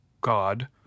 God